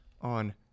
on